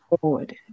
forward